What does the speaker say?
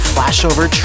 Flashover